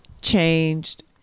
changed